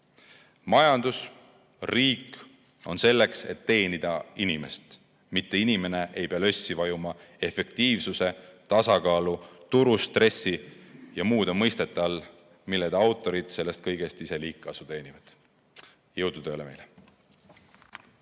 Majandus, riik on selleks, et teenida inimest, mitte inimene ei pea lössi vajuma efektiivsuse, tasakaalu, turustressi ja muude mõistete all, mille autorid sellest kõigest ise liigkasu teenivad. Jõudu tööle meile!